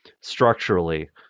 structurally